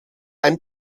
ein